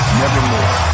nevermore